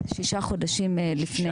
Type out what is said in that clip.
שישה חודשים לפני.